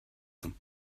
them